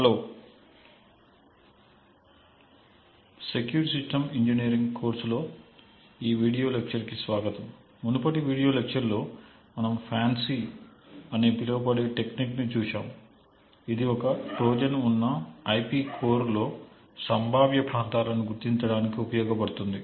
hello secure systems engineering course లో ఈ video lecture కు స్వాగతం మునుపటి వీడియో లెక్చర్ లో మనము ఫాన్సీ అని పిలువబడే టెక్నిక్ ని చూశాము ఇది ఒక ట్రోజన్ ఉన్న IP కోర్ లో సంభావ్య ప్రాంతాలను గుర్తించడానికి ఉపయోగపడుతుంది